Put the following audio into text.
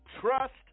trust